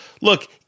look